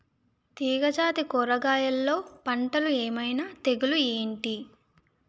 తీగ జాతి కూరగయల్లో పంటలు ఏమైన తెగులు ఏంటి?